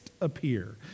appear